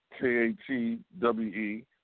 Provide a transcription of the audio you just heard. K-A-T-W-E